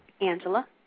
Angela